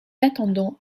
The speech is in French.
attendons